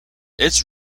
its